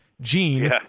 Gene